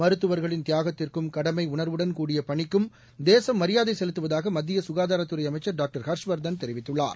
மருத்துவர்களின் தியாகத்திற்கும் கடமையுணர்வுடன் கூடிய பணிக்கும் தேசம் மரியாதை செலுத்துவதாக மத்திய சுகாதாரத் துறை அமைச்சர் டாக்டர் ஹர்ஷ்வர்தன் தெரிவித்துள்ளார்